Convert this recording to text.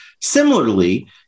Similarly